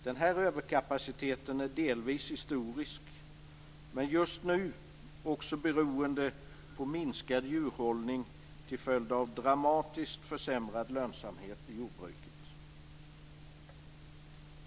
Denna överkapacitet är delvis historisk, men just nu också beroende på minskad djurhållning till följd av dramatiskt försämrad lönsamhet i jordbruket.